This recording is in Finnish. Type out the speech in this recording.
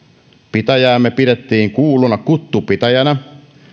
pitäjäämme pidettiin kuuluna kuttupitäjänä